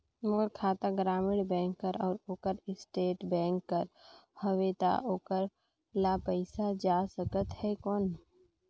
मोर खाता ग्रामीण बैंक कर अउ ओकर स्टेट बैंक कर हावेय तो ओकर ला पइसा जा सकत हे कौन?